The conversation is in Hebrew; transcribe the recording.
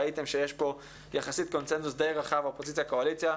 ראיתם שיש פה יחסית קונצנזוס די רחב של אופוזיציה וקואליציה,